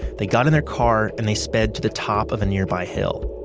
they got in their car and they sped to the top of a nearby hill.